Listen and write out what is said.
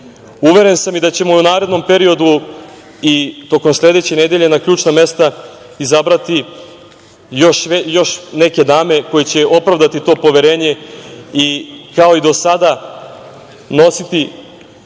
sam da ćemo i u narednom periodu i tokom sledeće nedelje na ključna mesta izabrati još neke dame koje će opravdati to poverenje, i kao i do sada nositi